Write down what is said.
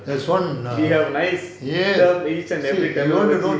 there's one err ya you want to know